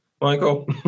michael